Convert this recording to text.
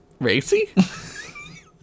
Racy